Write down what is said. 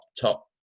top